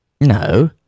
No